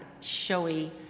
showy